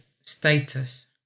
status